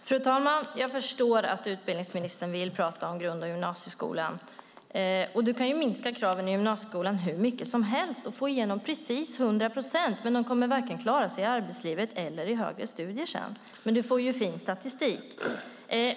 Fru talman! Jag förstår att utbildningsministern vill tala om grund och gymnasieskolan. Man kan minska kraven i gymnasieskolan hur mycket som helst och få igenom hundra procent av eleverna, men de kommer varken att klara sig i arbetslivet eller i högre studier. Man får dock fin statistik.